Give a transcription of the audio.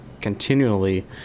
continually